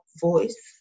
voice